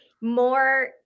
more